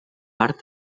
art